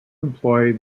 employ